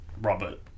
Robert